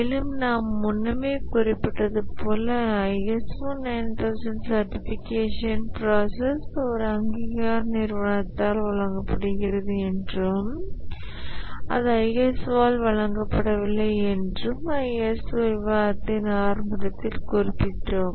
மேலும் நாம் முன்னமே குறிப்பிட்டது போல ISO 9001 ஷார்ட்பிகேஷன் ப்ராசஸ் ஒரு அங்கீகார நிறுவனத்தால் வழங்கப்படுகிறது என்றும் அது ISO வால் வழங்கப்படவில்லை என்றும் ISO விவாதத்தின் ஆரம்பத்தில் குறிப்பிட்டோம்